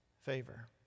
favor